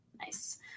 nice